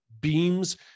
beams